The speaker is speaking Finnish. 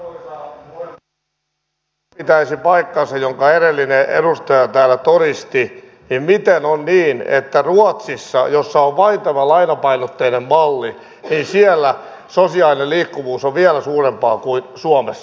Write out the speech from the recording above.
jos tämä pitäisi paikkansa minkä edellinen edustaja täällä todisti niin miten on niin että ruotsissa missä on valintana lainapainotteinen malli sosiaalinen liikkuvuus on vielä suurempaa kuin suomessa